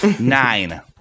Nine